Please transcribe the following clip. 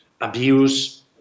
abuse